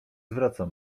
zwracał